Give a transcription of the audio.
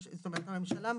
זאת אומרת הממשלה מחליטה,